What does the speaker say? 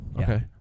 okay